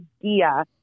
idea